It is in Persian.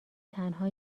تنها